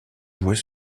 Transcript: jouer